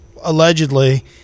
Allegedly